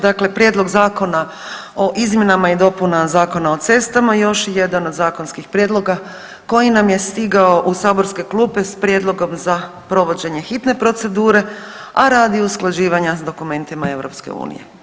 Dakle, Prijedlog zakona o izmjenama i dopunama Zakona o cestama još je jedan od zakonskih prijedloga koji nam je stigao u saborske klupe s prijedlogom za provođenje hitne procedure, a radi usklađivanja s dokumentima EU.